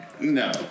No